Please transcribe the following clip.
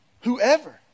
whoever